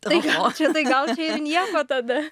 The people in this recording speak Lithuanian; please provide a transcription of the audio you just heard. tai gal čia tai gal čia ir nieko tada